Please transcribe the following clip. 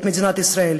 את מדינת ישראל,